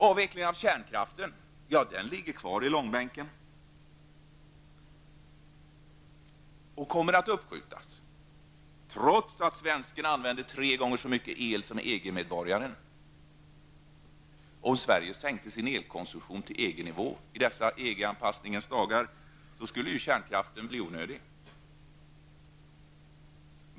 Avvecklingen av kärnkraften ligger kvar i långbänken och kommer att uppskjutas, trots att svensken använder tre gången så mycket el som anpassningens dagar skulle ju kärnkraften bli onödig.